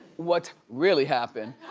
what really happened.